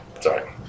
Sorry